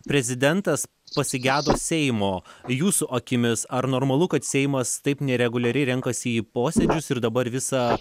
prezidentas pasigedo seimo jūsų akimis ar normalu kad seimas taip nereguliariai renkasi į posėdžius ir dabar visa